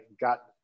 got